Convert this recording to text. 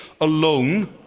alone